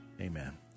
Amen